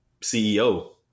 CEO